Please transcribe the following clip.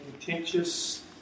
contentious